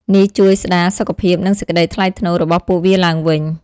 នេះជួយស្តារសុខភាព និងសេចក្ដីថ្លៃថ្នូររបស់ពួកវាឡើងវិញ។